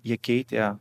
jie keitė